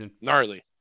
gnarly